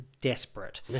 desperate